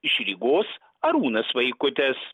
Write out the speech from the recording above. iš rygos arūnas vaikutis